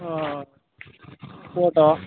ಹಾಂ ಫೋಟೊ